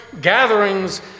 gatherings